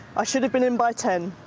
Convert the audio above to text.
i should have been in by ten